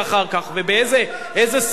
ובאיזה סגנון.